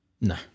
No